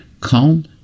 calm